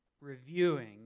reviewing